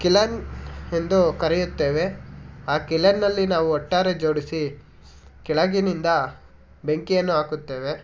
Killeen ಎಂದೂ ಕರೆಯುತ್ತೇವೆ ಆ ಕಿಲೆನ್ನಲ್ಲಿ ನಾವು ಒಟ್ಟಾರೆ ಜೋಡಿಸಿ ಕೆಳಗಿನಿಂದ ಬೆಂಕಿಯನ್ನು ಹಾಕುತ್ತೇವೆ